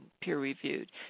peer-reviewed